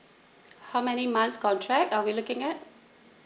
how many months contract are we looking at